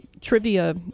trivia